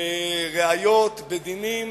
בראיות ובדינים